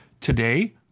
Today